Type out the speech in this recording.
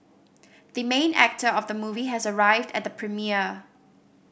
the main actor of the movie has arrived at the premiere